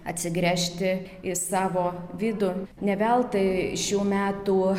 atsigręžti į savo vidų ne veltui šių metų